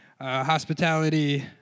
Hospitality